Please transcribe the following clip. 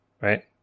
right